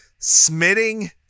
Smitting